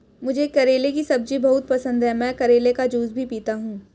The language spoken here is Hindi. मुझे करेले की सब्जी बहुत पसंद है, मैं करेले का जूस भी पीता हूं